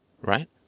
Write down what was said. right